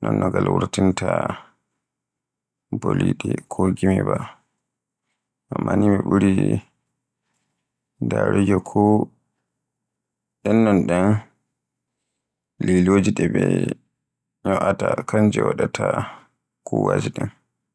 non no ngal wurtinta boliɗe ko gimi ba. Amma ni ɓuri ndaruki ko ɗennon ɗen liloje ɗe ɓe nyo'ata kanji wurtinta waɗaata kuwwaje den.